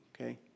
okay